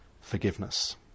forgiveness